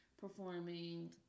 performing